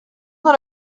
dans